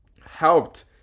helped